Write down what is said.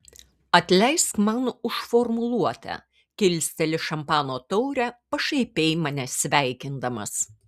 atleisk man už formuluotę kilsteli šampano taurę pašaipiai mane sveikindamas